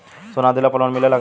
सोना दिहला पर लोन मिलेला का?